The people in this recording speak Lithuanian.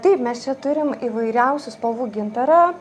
taip mes čia turim įvairiausių spalvų gintarą